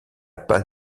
pas